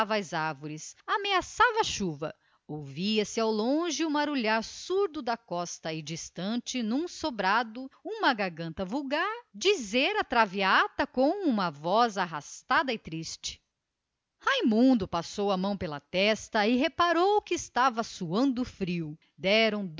as árvores ameaçava chuva ouvia-se o surdo e longínquo marulhar da costa e por ali perto em algum sarau uma garganta de mulher cantava ao piano a traviata raimundo passou a mão pela testa e reparou que estava suando frio deram